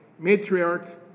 matriarchs